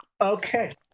Okay